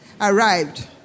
arrived